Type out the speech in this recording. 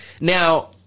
now